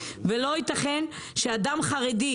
לא ייתכן שאדם חרדי,